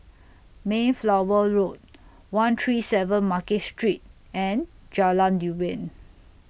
Mayflower Road one three seven Market Street and Jalan Durian